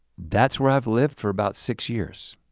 that's where i've lived for about six years.